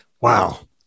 Wow